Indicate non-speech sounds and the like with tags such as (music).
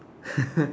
(laughs)